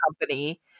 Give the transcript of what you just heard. company